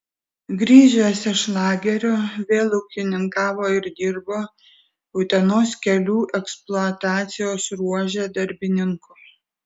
grįžęs iš lagerio vėl ūkininkavo ir dirbo utenos kelių eksploatacijos ruože darbininku